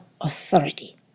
authority